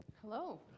Hello